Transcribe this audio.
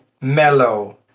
mellow